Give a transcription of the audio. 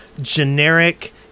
generic